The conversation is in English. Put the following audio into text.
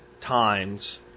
times